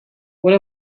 what